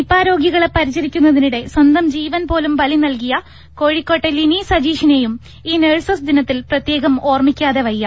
Nipah രോഗികളെ പരിചരിക്കുന്നതിനിടെ സ്വന്തം ജീവൻപോലും ബലിനൽകിയ കോഴിക്കോട്ടെ ലിനി സജീഷിനെയും ഈ നഴ്സസ് ദിനത്തിൽ പ്രത്യേകം ഓർമിക്കാതെവയ്യ